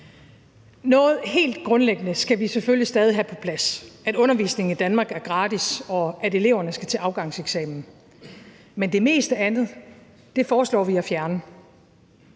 Noget helt grundlæggende skal vi selvfølgelig stadig have på plads – at undervisning i Danmark er gratis, og at eleverne skal til afgangseksamen – men det meste andet foreslår vi at fjerne.